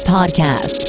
Podcast